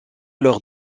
lors